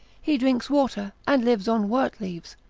he drinks water, and lives on wort leaves,